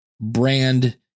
brand